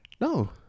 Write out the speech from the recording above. No